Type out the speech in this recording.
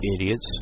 idiots